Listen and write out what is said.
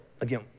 again